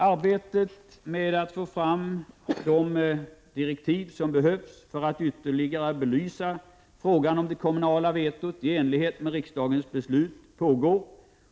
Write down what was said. Arbetet med att få fram de direktiv som behövs för att ytterligare belysa frågan om det kommunala vetot i enlighet med riksdagens beslut pågår.